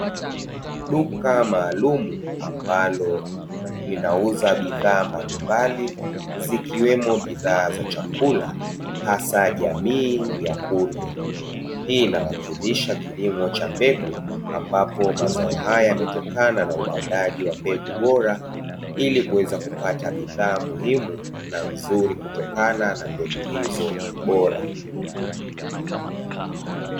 Duka maalumu ambalo linauza bidhaa mbalimbali, zikiwemo bidhaa za chakula hasa jamii ya kunde. Hii inawakilisha kilimo cha mbegu, ambapo mazao haya yametokana na upandaji wa mbegu bora ili kuweza kupata bidhaa muhimu na nzuri kutokana na mbegu hizo bora.